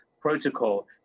protocol